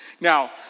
Now